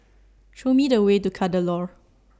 Show Me The Way to Kadaloor